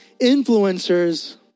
Influencers